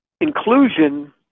inclusion